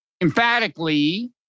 emphatically